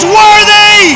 worthy